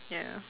ya